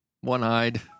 one-eyed